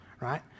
right